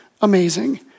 amazing